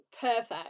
perfect